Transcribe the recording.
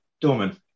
Dorman